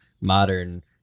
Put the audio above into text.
modern